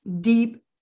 deep